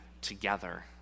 together